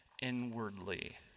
inwardly